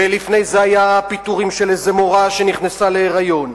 ולפני זה היו פיטורים של איזה מורה שנכנסה להיריון,